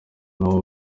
nayo